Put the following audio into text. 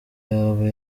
yaba